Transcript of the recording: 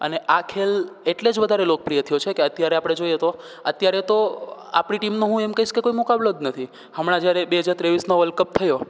અને આ ખેલ એટલે જ વધારે લોકપ્રિય થયો છે કે અત્યારે આપણે જોઈએ તો અત્યારે તો આપણી ટીમ હોય હુ એમ કહીશ કે કોઈ મુકાબલો નથી હમણાં જયારે બે હજાર ત્રેવીસનો જે વર્લ્ડ કપ થયો